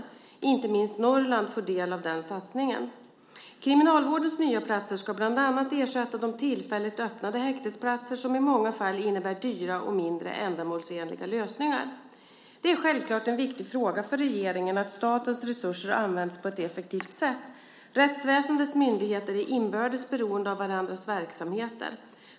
Inte minst Norrland får del av denna satsning. Kriminalvårdens nya platser ska bland annat ersätta de tillfälligt öppnade häktesplatser som i många fall innebär dyra och mindre ändamålsenliga lösningar. Det är självklart en viktig fråga för regeringen att statens resurser används på ett effektivt sätt. Rättsväsendets myndigheter är inbördes beroende av varandras verksamheter.